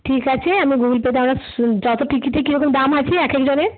ঠিক আছে আমি গুগুল পেতে আমার যত টিকিটের কী রকম দাম আছে এক একজনের